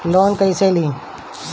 Loan कईसे ली?